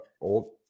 old